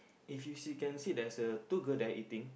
if you see can see there's a two girl there eating